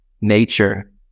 nature